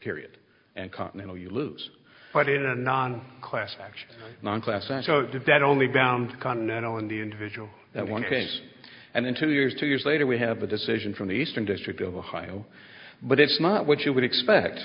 period and continental you lose but in a non class action non class and so did that only bound continental in the individual that one case and then two years two years later we have a decision from the eastern district of ohio but it's not what you would expect